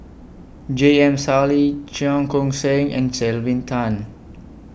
J M Sali Cheong Koon Seng and Tan